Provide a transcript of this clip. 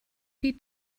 die